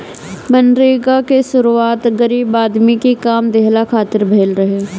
मनरेगा के शुरुआत गरीब आदमी के काम देहला खातिर भइल रहे